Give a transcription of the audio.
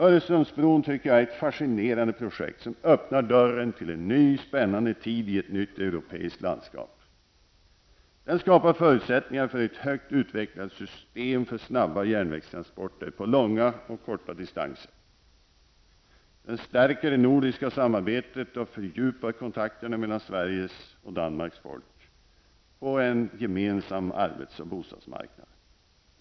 Jag tycker att Öresundsbron är ett fascinerande projekt som öppnar dörren till en ny spännande tid i ett nytt europeiskt landskap. Den skapar förutsättningar för ett högt utvecklat system för snabba järnvägstransporter på långa och korta distanser. Den stärker det nordiska samarbetet och fördjupar kontakterna mellan Sveriges och Danmarks folk på en gemensam arbets och bostadsmarknad.